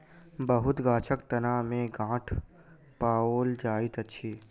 बहुत गाछक तना में गांठ पाओल जाइत अछि